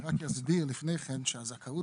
אני רק אסביר לפני כן שהזכאות